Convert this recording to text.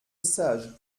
sage